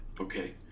okay